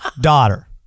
daughter